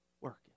Working